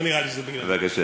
נראה לי שזה בגלל, בבקשה.